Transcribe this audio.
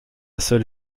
seule